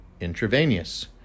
intravenous